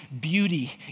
beauty